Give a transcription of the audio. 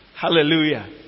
Hallelujah